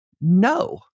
No